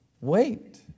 Wait